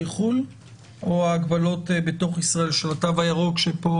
חו"ל או ההגבלות בתוך ישראל של התו הירוק שפה,